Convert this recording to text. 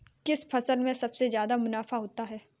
किस फसल में सबसे जादा मुनाफा होता है?